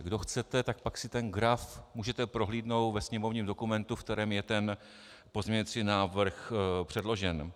Kdo chcete, pak si ten graf můžete prohlídnout ve sněmovním dokumentu, v kterém je ten pozměňující návrh předložen.